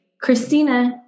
Christina